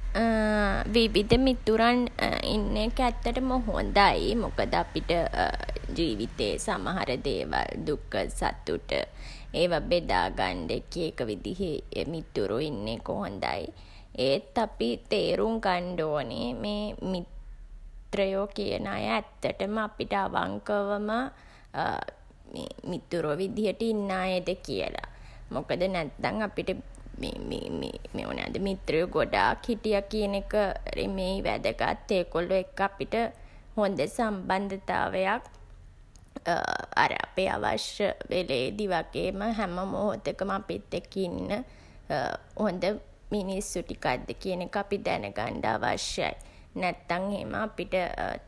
විවිධ මිතුරන් ඉන්න එක ඇත්තටම හොඳයි. මොකද අපිට ජීවිතේ සමහර දේවල් දුක සතුට ඒවා බෙදා ගන්ඩ එක එක විදිහේ මිතුරෝ ඉන්න එක හොඳයි. ඒත් අපි තේරුම් ගන්ඩ ඕනේ මේ මිත්‍රයෝ කියන අය ඇත්තටම අපිට අවන්කවම මිතුරෝ විදිහට ඉන්න අයද කියලා. මොකද නැත්තන් අපිට මිත්‍රයෝ ගොඩාක් හිටියා කියන එක නෙමෙයි වැදගත්. ඒගොල්ලෝ එක්ක අපිට හොඳ සම්බන්ධතාවයක් අර අපේ අවශ්‍ය වෙලේදී වගේම හැම මොහොතකම අපිත් එක්ක ඉන්න හොඳ මිනිස්සු ටිකක්ද කියන එක අපි දැනගන්ඩ අවශ්‍යයි. නැත්තන් එහෙම අපිට